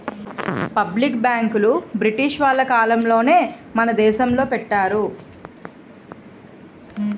public బ్యాంకులు British వాళ్ళ కాలంలోనే మన దేశంలో పెట్టారు